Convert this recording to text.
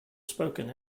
spoken